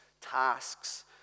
tasks